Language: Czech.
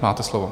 Máte slovo.